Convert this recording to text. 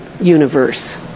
universe